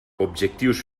objectius